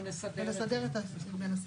ולסדר בין הסעיפים.